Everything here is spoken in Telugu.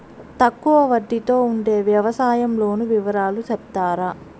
తక్కువ వడ్డీ తో ఉండే వ్యవసాయం లోను వివరాలు సెప్తారా?